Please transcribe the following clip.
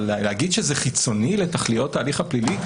אבל להגיד שעצם השמירה על הליך הוגן זה חיצוני לתכליות ההליך הפלילי,